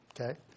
Okay